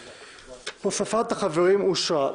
אושרה הוספת החברים אושרה.